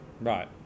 Right